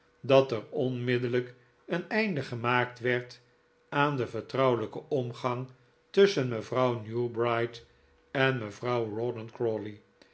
dat er onmiddellijk een einde gemaakt werd aan den vertrouwelijken omgang tusschen mevrpuw newbright en mevrouw